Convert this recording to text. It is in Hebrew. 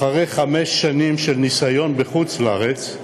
אחרי חמש שנים של ניסיון בחוץ-לארץ,